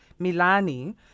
Milani